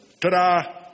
Ta-da